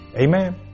Amen